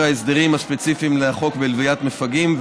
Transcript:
ההסדרים הספציפיים לחוק ללוויות מפגעים,